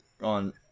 on